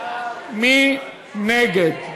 מי נגד?